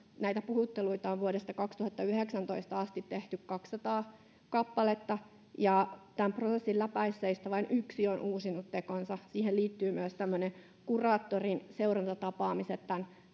näitä puhutteluita on vuodesta kaksituhattayhdeksäntoista asti tehty kaksisataa kappaletta ja tämän prosessin läpäisseistä vain yksi on uusinut tekonsa siihen liittyvät myös kuraattorin seurantatapaamiset